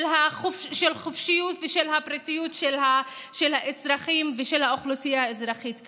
החופשיות ושל הפרטיות של האזרחים ושל האוכלוסייה האזרחית כאן.